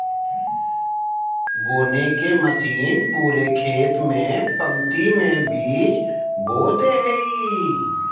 बोने के मशीन पूरे खेत में पंक्ति में बीज बो दे हइ